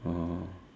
oh